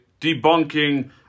debunking